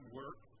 work